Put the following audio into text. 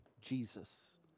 Jesus